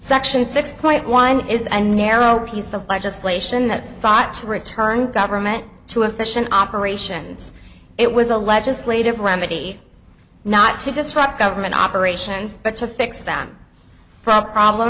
section six point one is a narrow piece of legislation that sought to return government to efficient operation it was a legislative remedy not to disrupt government operations but to fix them fro